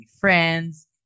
friends